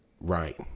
Right